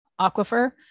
aquifer